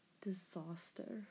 disaster